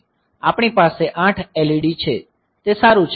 આપણી પાસે 8 LED છે તે સારું છે